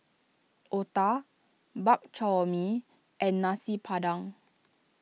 Otah Bak Chor Mee and Nasi Padang